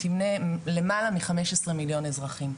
תמנה למעלה מ- 15 מיליון אזרחים.